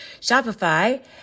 Shopify